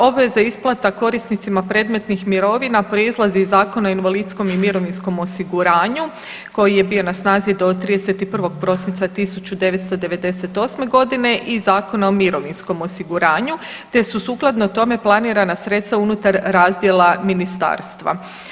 Obveze isplata korisnicima predmetnih mirovina proizlazi iz Zakona o invalidskom i mirovinskom osiguranju koji je bio na snazi do 31. prosinca 1998.godine i Zakona o mirovinskom osiguranju, te su sukladno tome planirana sredstva unutar razdjela ministarstva.